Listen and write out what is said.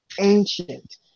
ancient